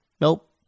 Nope